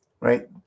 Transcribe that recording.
right